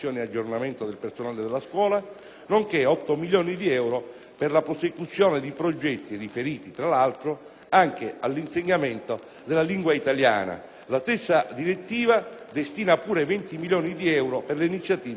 nonché otto milioni di euro per la prosecuzione di progetti riferiti, tra l'altro, anche all'insegnamento della lingua italiana. La stessa direttiva destina pure venti milioni di euro per iniziative promosse a livello nazionale.